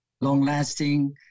long-lasting